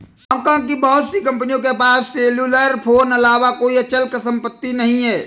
Hong Kong की बहुत सी कंपनियों के पास सेल्युलर फोन अलावा कोई अचल संपत्ति नहीं है